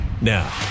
Now